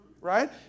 right